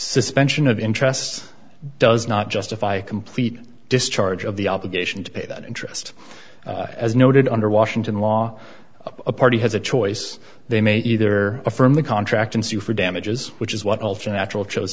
suspension of interests does not justify complete discharge of the obligation to pay that interest as noted under washington law a party has a choice they may either affirm the contract and sue for damages which is what option natural chose